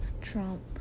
Trump